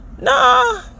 Nah